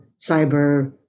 cyber